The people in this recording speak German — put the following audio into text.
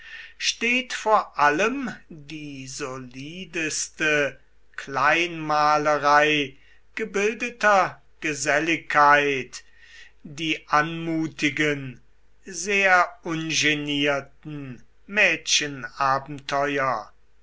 steht vor allem die solideste kleinmalerei gebildeter geselligkeit die anmutigen sehr ungenierten